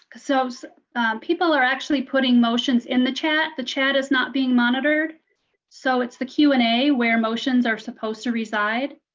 so people are actually putting motions in the chat. the chat is not being monitored so it's the q and a where motions are supposed to reside.